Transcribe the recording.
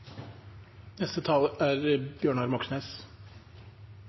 Neste taler er